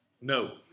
No